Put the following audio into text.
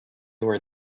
were